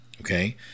okay